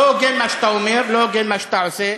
לא הוגן מה שאתה אומר, לא הוגן מה שאתה עושה.